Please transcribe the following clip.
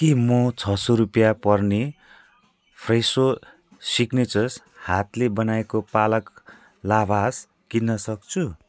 के म छ सय रुपियाँ पर्ने फ्रेसो सिग्नेचर्स हातले बनाएको पालक लाभास किन्न सक्छु